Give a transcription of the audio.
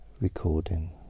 recording